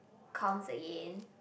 Kong's again